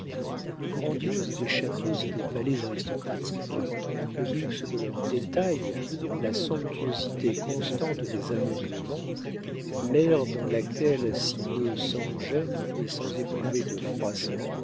le grandiose des châteaux et des palais aristocratiques le luxe de leurs détails la somptuosité constante des ameublements l'aire dans laquelle s'y meut sans gêne et sans éprouver de